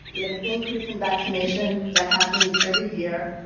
you have an increase in vaccination that happens every year,